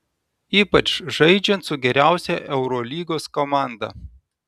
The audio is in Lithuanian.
ypač žaidžiant su geriausia eurolygos komanda